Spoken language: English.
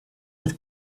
with